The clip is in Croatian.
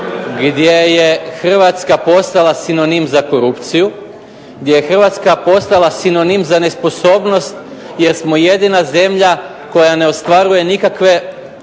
gdje je Hrvatska postala sinonim za korupciju, gdje je Hrvatska postala sinonim za nesposobnost jer smo jedina zemlja koja ne ostvaruje nikakve